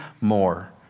more